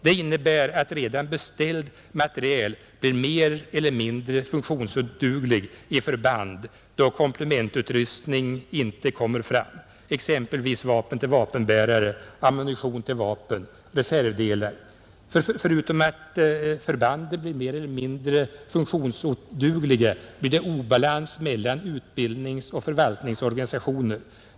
Det innebär att redan beställd materiel blir mer eller mindre funktionsoduglig i förband, då komplementutrustning inte kommer fram, exempelvis vapen till vapenbärare, ammunition till vapen samt reservdelar. Förutom att förbanden blir mer eller mindre funktionsodugliga blir det obalans mellan utbildningsoch förvaltningsorganisation.